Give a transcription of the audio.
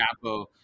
capo